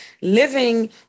living